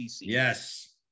Yes